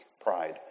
pride